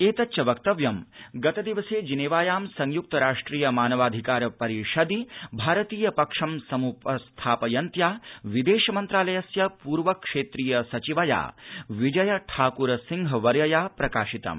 एतञ्च वक्तव्यं गतदिवसे जिनेवायां संयुक्त राष्ट्रिय मानवाधिकार परिषदि भारतीय पक्षं सम्प स्थापयन्त्या विदेश मन्त्रालयस्य पूर्वक्षेत्रीय सचिवया विजय ठाकुर सिंह वर्यया प्रकाशितम्